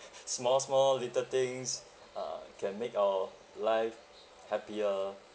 small small little things ah can make our life happier